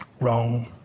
Wrong